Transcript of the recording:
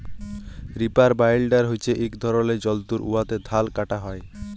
reaper বাইলডার হছে ইক ধরলের যল্তর উয়াতে ধাল কাটা হ্যয়